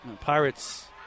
Pirates